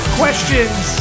questions